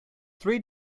three